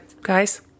Guys